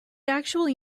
actually